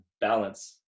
balance